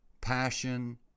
passion